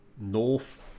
North